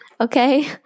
Okay